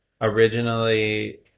originally